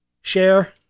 share